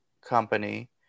company